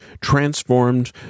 transformed